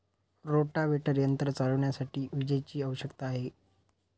rotavator यंत्र चालविण्यासाठी विजेची आवश्यकता आहे